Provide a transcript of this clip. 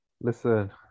Listen